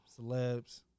celebs